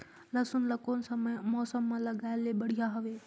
लसुन ला कोन सा मौसम मां लगाय ले बढ़िया हवे?